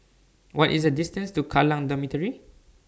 What IS The distance to Kallang Dormitory